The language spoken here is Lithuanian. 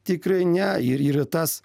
tikrai ne ir yra tas